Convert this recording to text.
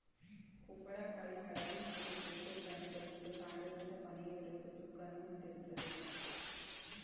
ಕುಂಬಳಕಾಯಿ ಹಳದಿ ಹಾಗೂ ಕೇಸರಿ ಬಣ್ಣದಲ್ಲಿದ್ದು ಕಾಂಡದಿಂದ ಕೊನೆಯವರೆಗೂ ಸುಕ್ಕನ್ನು ಹೊಂದಿರ್ತದೆ